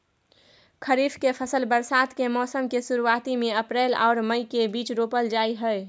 खरीफ के फसल बरसात के मौसम के शुरुआती में अप्रैल आर मई के बीच रोपल जाय हय